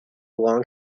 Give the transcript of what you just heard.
long